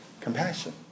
compassion